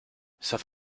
south